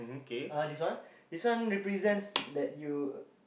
(uh huh) this one this one represents that you